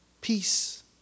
peace